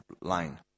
line